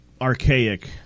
archaic